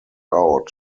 out